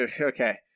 okay